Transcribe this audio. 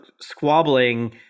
squabbling